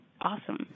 awesome